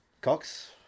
Cox